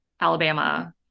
alabama